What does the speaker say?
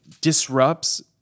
Disrupts